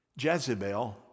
Jezebel